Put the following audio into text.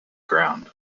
ground